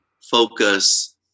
focus